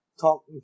talk